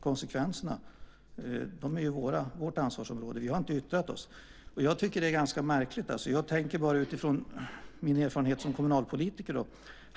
Konsekvenserna är alltså vårt ansvarsområde. Jag tycker att det är ganska märkligt. Jag tänker bara utifrån min erfarenhet som kommunalpolitiker.